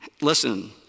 listen